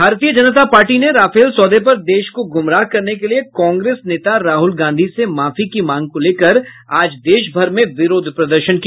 भारतीय जनता पार्टी ने राफेल सौदे पर देश को गुमराह करने के लिए कांग्रेस नेता राहुल गांधी से माफी की मांग को लेकर आज देशभर में विरोध प्रदर्शन किया